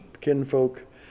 kinfolk